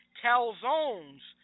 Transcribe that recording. calzones